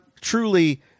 truly